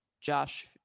Josh